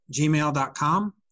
gmail.com